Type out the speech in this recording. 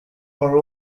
are